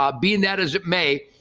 ah be and that as it may,